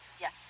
yes